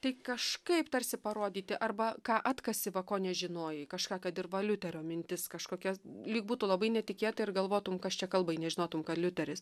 tai kažkaip tarsi parodyti arba ką atkasi va ko nežinojai kažką kad ir va liuterio mintis kažkokias lyg būtų labai netikėta ir galvotum kas čia kalba jei nežinotum kad liuteris